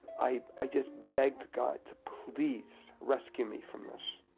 i i just begged god to please rescue me from this.